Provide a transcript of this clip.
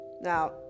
now